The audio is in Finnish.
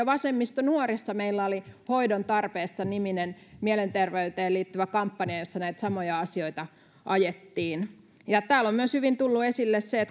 vasemmistonuorissa meillä oli hoidon tarpeessa niminen mielenterveyteen liittyvä kampanja jossa näitä samoja asioita ajettiin täällä on myös hyvin tullut esille se